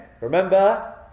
remember